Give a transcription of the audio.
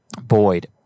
Boyd